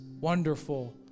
wonderful